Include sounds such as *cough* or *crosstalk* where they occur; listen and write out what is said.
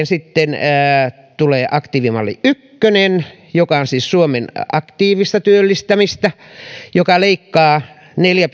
*unintelligible* sitten aktiivimalli ykkönen joka on siis suomen aktiivista työllistämistä ja joka leikkaa neljä *unintelligible*